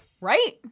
Right